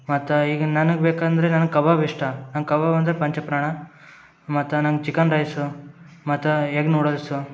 ಮತ್ತು ಈಗ ನನಗೆ ಬೇಕೆಂದರೆ ನನಗೆ ಕಬಾಬ್ ಇಷ್ಟ ನಂಗೆ ಕಬಾಬ್ ಅಂದರೆ ಪಂಚಪ್ರಾಣ ಮತ್ತು ನಂಗೆ ಚಿಕನ್ ರೈಸ್ ಮತ್ತು ಎಗ್ ನೂಡಲ್ಸ್